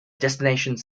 destinations